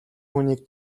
хүнийг